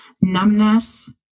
numbness